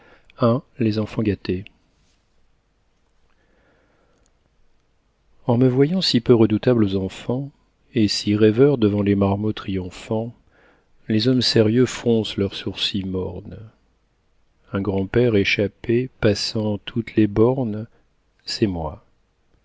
en me voyant si peu redoutable aux enfants et si rêveur devant les marmots triomphants les hommes sérieux froncent leurs sourcils mornes un grand-père échappé passant toutes les bornes c'est moi